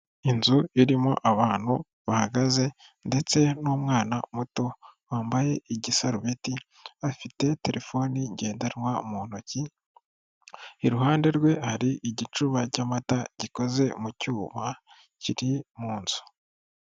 Inzu irimo abantu bahagaze ndetse n'umwana muto wambaye igisarubeti, afite telefoni ngendanwa mu ntoki, iruhande rwe hari igicuba cy'amata gikoze mu cyuma kiri mu nzu.